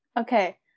Okay